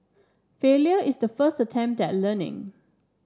failure is the first attempt at learning